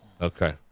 Okay